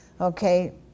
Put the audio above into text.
Okay